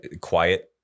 quiet